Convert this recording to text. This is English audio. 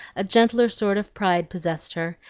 a gentler sort of pride possessed her,